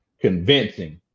Convincing